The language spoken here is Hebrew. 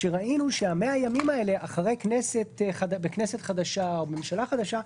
כשראינו ש-100 הימים האלה בכנסת חדשה או בממשלה חדשה,